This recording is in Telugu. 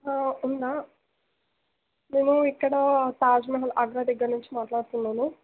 ఉందా మేము ఇక్కడ తాజ్మహల్ ఆగ్రా దగ్గర నుంచి మాట్లాడుతున్నాను